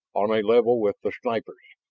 on a level with the snipers.